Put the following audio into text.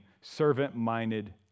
servant-minded